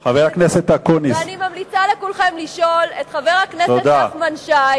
אני ממליצה לכולכם לשאול את חבר הכנסת נחמן שי